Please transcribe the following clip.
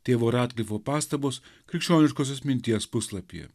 tėvo radklifo pastabos krikščioniškosios minties puslapyje